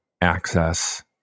access